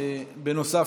נוסף